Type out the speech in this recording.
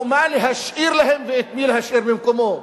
או מה להשאיר להם ואת מי להשאיר במקומו.